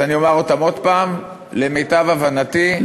אז אני אומר אותם עוד הפעם: למיטב הבנתי,